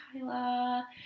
Kyla